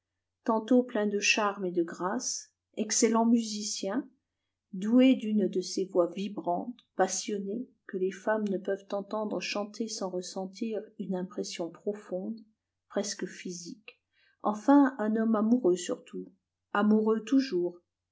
tantôt plein de charme et de grâce excellent musicien doué d'une de ces voix vibrantes passionnées que les femmes ne peuvent entendre chanter sans ressentir une impression profonde presque physique enfin un homme amoureux surtout amoureux toujours